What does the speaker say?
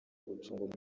gucunga